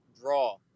draw